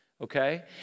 okay